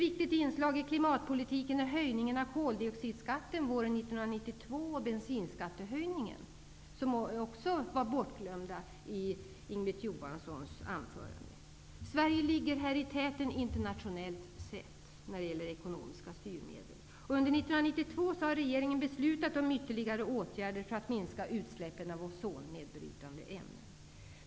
Viktiga inslag i klimatpolitiken är höjningen av koldioxidskatten våren 1992 och bensinskattehöjningen, som också var bortglömda i Inga-Britt Johanssons anförande. Sverige ligger här i täten internationellt sett. Under 1992 har regeringen beslutat om ytterligare åtgärder för att minska utsläppen av ozonnedbrytande ämnen.